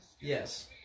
Yes